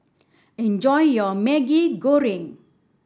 enjoy your Maggi Goreng